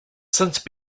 since